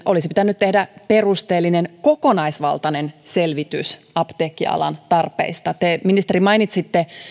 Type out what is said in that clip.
olisi pitänyt tehdä on perusteellinen kokonaisvaltainen selvitys apteekkialan tarpeista te ministeri mainitsitte